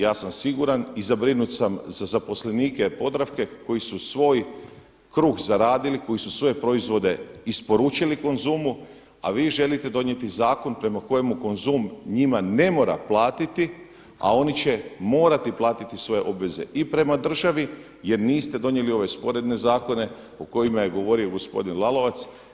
Ja sam siguran i zabrinut sam za zaposlenike Podravke koji su svoj kruh zaradili, koji su svoje proizvode isporučili Konzumu, a vi želite donijeti zakon prema kojemu Konzum njima ne mora platiti, a oni će morati platiti svoje obveze i prema državi jer niste donijeli ove sporedne zakone o kojima je govorio gospodin Lalovac.